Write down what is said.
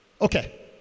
Okay